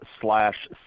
slash